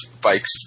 Bikes